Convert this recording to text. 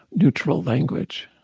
neutral language.